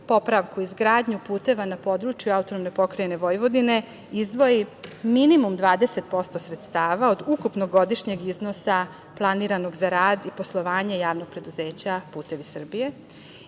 popravku i izgradnju puteva na području AP Vojvodine izdvoji minimum 20% sredstava od ukupnog godišnjeg iznosa planiranog za rad i poslovanje Javnog preduzeća „Putevi Srbije“